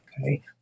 Okay